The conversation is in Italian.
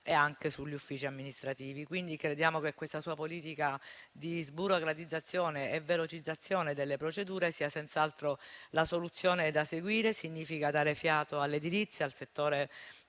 e anche sugli uffici amministrativi. Signor Ministro, crediamo che la sua politica di sburocratizzazione e velocizzazione delle procedure sia senz'altro la soluzione da seguire. Ciò significa dare fiato all'edilizia, al settore